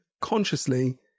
consciously